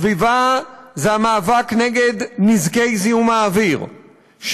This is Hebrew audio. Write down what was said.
סביבה זה המאבק נגד נזקי זיהום האוויר,